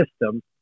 system